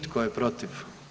Tko je protiv?